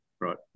Right